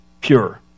pure